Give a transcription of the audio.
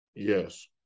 Yes